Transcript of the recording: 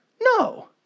No